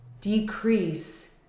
decrease